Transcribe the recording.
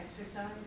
exercise